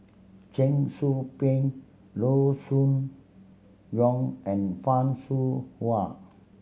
Cheong Soo Pieng Loo Choon Yong and Fan Shao Hua